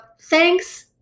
thanks